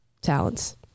talents